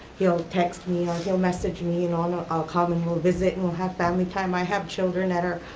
he'll text me or he'll message me. and um ah i'll call and we'll visit, and we'll have family time. i have children that are,